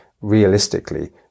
realistically